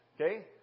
Okay